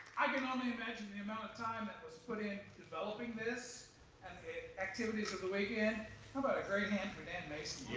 i can only imagine the amount of time that was put in developing this and the activities of the weekend. how about a great hand for dan mason?